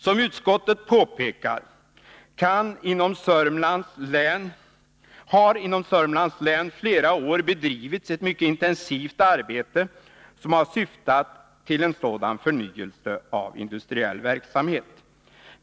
Som utskottet påpekar har ett mycket intensivt arbete bedrivits inom Sörmlands län under flera år, som syftat till en sådan förnyelse av industriell verksamhet.